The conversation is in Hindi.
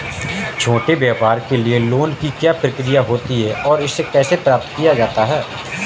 छोटे व्यापार के लिए लोंन की क्या प्रक्रिया होती है और इसे कैसे प्राप्त किया जाता है?